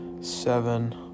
seven